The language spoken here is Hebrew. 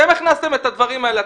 אתם הכנסתם את הדברים האלה,